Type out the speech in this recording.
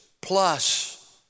plus